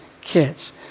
kids